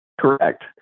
Correct